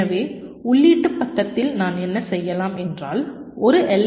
எனவே உள்ளீட்டு பக்கத்தில் நான் என்ன செய்யலாம் என்றால்ஒரு எல்